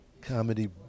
Comedy